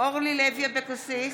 אורלי לוי אבקסיס,